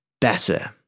better